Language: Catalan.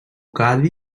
cadi